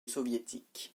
soviétique